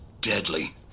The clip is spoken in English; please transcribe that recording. deadly